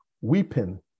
weeping